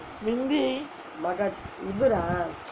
மிந்தி:minthi